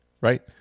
right